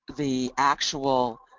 the actual